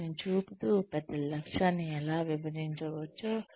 వాటిని చూపుతూ పెద్ద లక్ష్యాన్ని ఎలా విభజించవచ్చో